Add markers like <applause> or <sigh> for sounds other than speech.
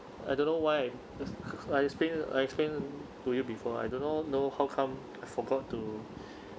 I don't know why <noise> I explain I explain to you before I do not know how come I forgot to <breath>